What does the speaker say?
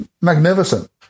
magnificent